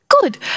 good